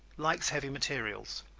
likes heavy materials